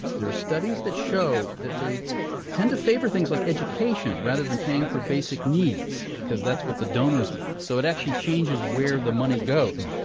there are studies that show they tend to favor things like education rather than paying for basic needs because that's what the donors want. so it actually changes where the money goes.